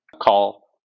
Call